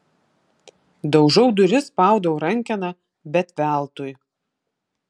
daužau duris spaudau rankeną bet veltui